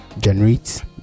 generate